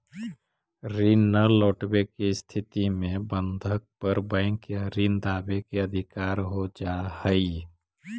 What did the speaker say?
ऋण न लौटवे के स्थिति में बंधक पर बैंक या ऋण दावे के अधिकार हो जा हई